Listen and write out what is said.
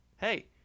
Hey